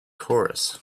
chorus